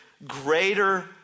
greater